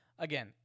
Again